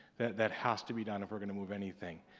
that that has to be done if we're going to move anything.